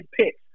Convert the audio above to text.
picks